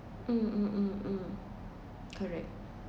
mm mm mm mm correct